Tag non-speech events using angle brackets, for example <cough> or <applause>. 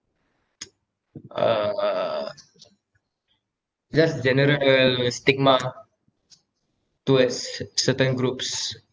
<noise> uh uh just general stigma to a c~ certain groups